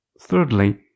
Thirdly